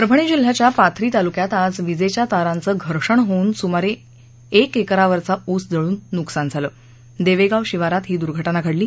परभणी जिल्ह्याच्या पाथरी तालुक्यात आज विजेच्या तारांचं घर्षण होऊन सुमारे एक एकरावरचा ऊस जळून नुकसान झालं देवेगांव शिवारात ही दुर्घाज्ञा घडली